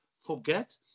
forget